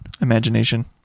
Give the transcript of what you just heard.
imagination